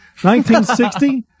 1960